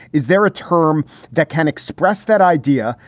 is there a term that can express that idea,